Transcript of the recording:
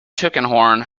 tulkinghorn